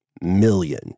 million